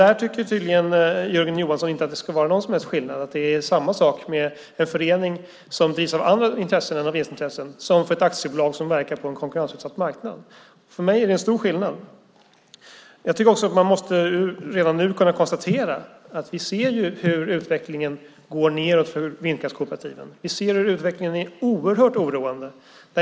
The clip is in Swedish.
Jörgen Johansson tycker dock att det inte är någon skillnad och att det ska vara likadant för en förening som drivs av andra intressen än vinstintressen som för ett aktiebolag som verkar på en konkurrensutsatt marknad. Vi ser en oerhört oroande utveckling för vindkraftskooperativen.